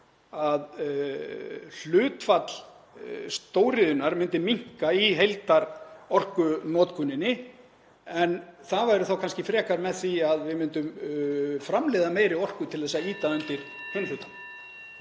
að hlutfall stóriðjunnar myndi minnka í heildarorkunotkuninni en það væri kannski frekar með því að við myndum framleiða meiri orku til að ýta undir hinn hlutann.